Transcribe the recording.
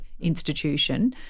institution